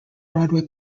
broadway